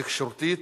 תקשורתית,